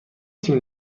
تیم